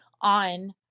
on